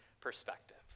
perspective